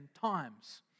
times